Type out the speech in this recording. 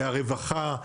הרווחה,